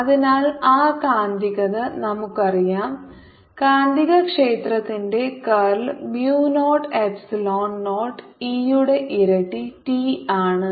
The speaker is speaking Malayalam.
അതിനാൽ ആ കാന്തികത നമുക്കറിയാം കാന്തികക്ഷേത്രത്തിന്റെ curl mu naught epsilon naught E യുടെ ഇരട്ട ടി ആണ്